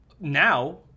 now